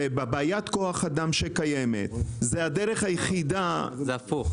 ובבעיית כוח האדם שקיימת זו הדרך היחידה --- זה הפוך.